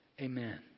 Amen